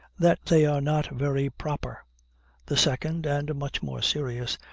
that they are not very proper the second, and much more serious,